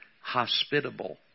hospitable